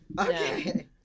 Okay